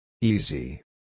Easy